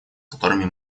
которыми